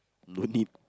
no need